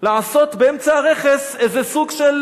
לעשות באמצע הרכס איזה סוג של